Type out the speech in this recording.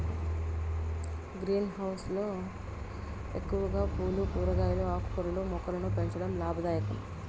green house లో ఎక్కువగా పూలు, కూరగాయలు, ఆకుకూరల మొక్కలను పెంచడం లాభదాయకం